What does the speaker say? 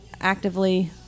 actively